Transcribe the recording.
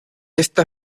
esta